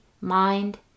mind